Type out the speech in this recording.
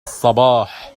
الصباح